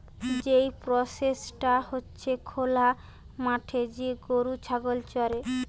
যেই প্রসেসটা হতিছে খোলা মাঠে যে গরু ছাগল চরে